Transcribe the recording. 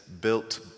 built